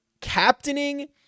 captaining